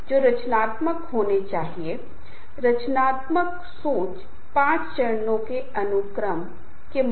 लेकिन संबंध बनाने के लिए बहुत लंबी प्रक्रिया है